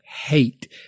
hate